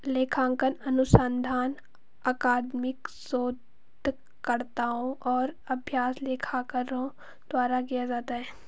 लेखांकन अनुसंधान अकादमिक शोधकर्ताओं और अभ्यास लेखाकारों द्वारा किया जाता है